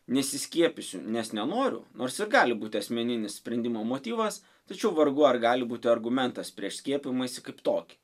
nesiskiepysiu nes nenoriu nors ir gali būti asmeninis sprendimo motyvas tačiau vargu ar gali būti argumentas prieš skiepijimąsi kaip tokį